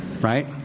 Right